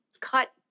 cut